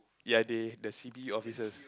ya they the C_I_D officers